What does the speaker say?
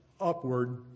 upward